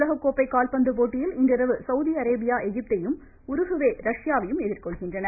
உலகக்கோப்பை கால்பந்து போட்டியில் இன்றிரவு சௌதி அரேபியா எகிப்தையும் உருகுவே ரஷ்யா வையும் எதிர்கொள்கின்றன